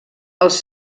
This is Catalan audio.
els